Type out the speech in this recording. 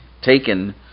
taken